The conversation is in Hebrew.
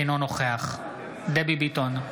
אינו נוכח דבי ביטון,